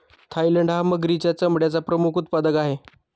Thailand हा मगरीच्या चामड्याचा प्रमुख उत्पादक आहे